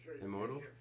Immortal